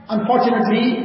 Unfortunately